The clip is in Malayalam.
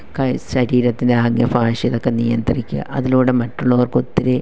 കൈ ശരീരത്തിൻ്റെ ആംഗ്യ ഭാഷയിതൊക്കെ നിയന്ത്രിക്കാൻ അതിലൂടെ മറ്റുള്ളവർക്കൊത്തിരി